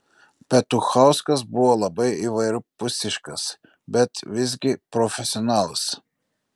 petuchauskas buvo labai įvairiapusiškas bet visgi profesionalas